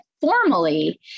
formally